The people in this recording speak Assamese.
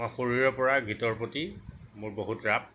মই সৰুৰে পৰা গীতৰ প্ৰতি মোৰ বহুত ৰাপ